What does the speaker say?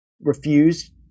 refused